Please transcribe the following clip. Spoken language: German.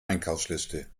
einkaufsliste